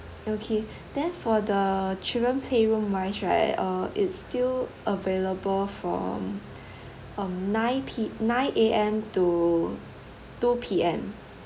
okay then for the children playroom wise right uh it's still available from um nine P nine A_M to two P_M